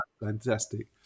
fantastic